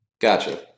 Gotcha